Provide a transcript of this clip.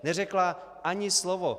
Neřekla ani slovo.